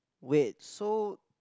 wait so